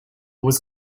was